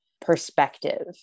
perspective